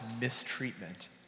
mistreatment